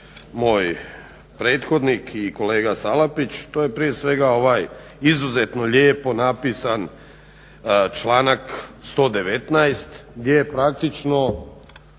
moj prethodnik i kolega Salapić. To je prije svega ovaj izuzetno lijepo napisan članak 119. gdje praktično